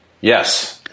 Yes